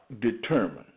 determined